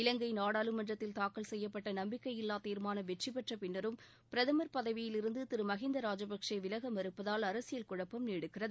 இவங்கை நாடாளுமன்றத்தில் தாக்கல் செய்யப்பட்ட நம்பிக்கையில்லா தீர்மானம் வெற்றிபெற்ற பின்னரும் பிரதம் பதவியிலிருந்து திரு மஹிந்த ராஜபக்சே விலக மறுப்பதால் அரசியல் குழப்பம் நீடிக்கிறது